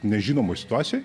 nežinomoj situacijoj